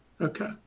Okay